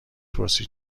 پرسید